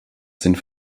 sind